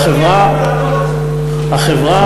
החברה,